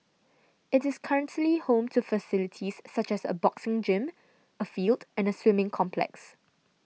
it is currently home to facilities such as a boxing gym a field and a swimming complex